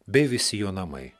bei visi jo namai